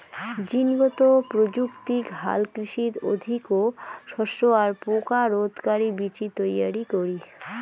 জীনগত প্রযুক্তিক হালকৃষিত অধিকো শস্য আর পোকা রোধকারি বীচি তৈয়ারী করি